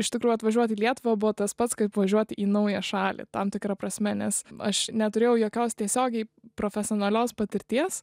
iš tikrųjų atvažiuoti į lietuvą buvo tas pats kaip važiuoti į naują šalį tam tikra prasme nes aš neturėjau jokios tiesiogiai profesionalios patirties